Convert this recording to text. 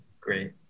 great